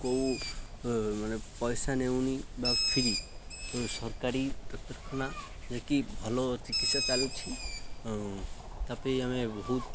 କେଉଁ ମାନେ ପଇସା ନେଉନି ବା ଫ୍ର ସରକାରୀ ଡାକ୍ତରଖାନା ଯେକି ଭଲ ଚିକିତ୍ସା ଚାଲୁଛି ତାପେ ଆମେ ବହୁତ